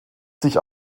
sich